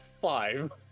five